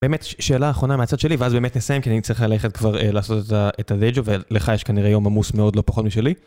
באמת שאלה אחרונה מהצד שלי ואז באמת נסיים כי אני צריך ללכת כבר לעשות את הדיי ג'וב ולך יש כנראה יום עמוס מאוד לא פחות משלי.